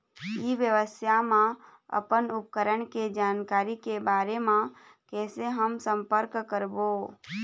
ई व्यवसाय मा अपन उपकरण के जानकारी के बारे मा कैसे हम संपर्क करवो?